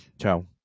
Ciao